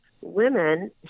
women